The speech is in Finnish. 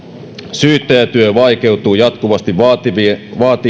syyttäjän työ vaikeutuu jatkuvasti vaatien